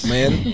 Man